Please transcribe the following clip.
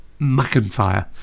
McIntyre